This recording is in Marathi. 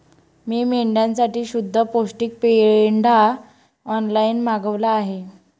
मी मेंढ्यांसाठी शुद्ध पौष्टिक पेंढा ऑनलाईन मागवला आहे